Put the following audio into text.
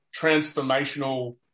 transformational